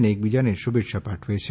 અને એકબીજાને શુભેચ્છા પાઠવે છે